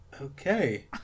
Okay